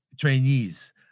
trainees